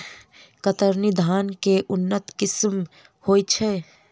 कतरनी धान केँ के उन्नत किसिम होइ छैय?